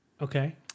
Okay